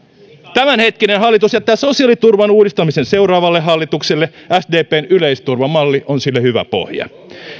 tämänhetkinen hallitus jättää sosiaaliturvan uudistamisen seuraavalle hallitukselle sdpn yleisturvamalli on sille hyvä pohja